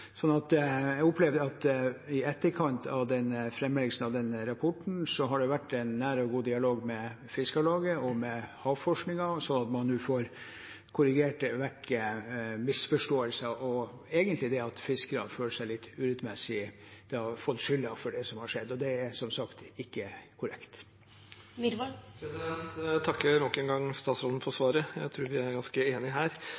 Jeg opplever at det i etterkant av framleggelsen av rapporten har vært en nær og god dialog med Norges Fiskarlag og med Havforskningsinstituttet, sånn at man nå får korrigert vekk misforståelser og det at fiskerne føler at de egentlig litt urettmessig har fått skylden for det som har skjedd. Det er som sagt ikke korrekt. Jeg takker nok en gang statsråden for svaret. Jeg tror vi er ganske enige her.